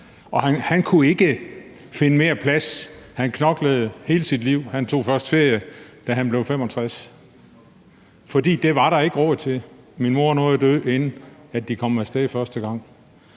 Han kunne ikke finde mere plads. Han knoklede hele sit liv. Han tog først ferie, da han blev 65 år, for det var der ikke råd til. Min mor nåede at dø, inden de kom af sted første gang.